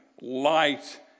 light